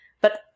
But